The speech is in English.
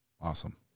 Awesome